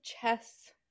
chess